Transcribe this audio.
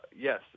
yes